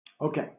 Okay